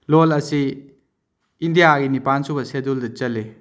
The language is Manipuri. ꯂꯣꯟ ꯑꯁꯤ ꯏꯟꯗꯤꯌꯥꯒꯤ ꯅꯤꯄꯥꯜ ꯁꯨꯕ ꯁꯦꯗꯨꯜꯗ ꯆꯜꯂꯤ